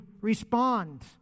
respond